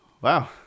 Wow